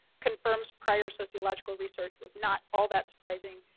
confirms prior sociological research, was not all that surprising.